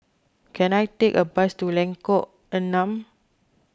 can I take a bus to Lengkok Enam